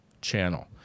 channel